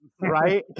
Right